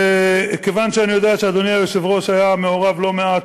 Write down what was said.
כיוון שאני יודע שאדוני היושב-ראש היה מעורב לא מעט